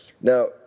Now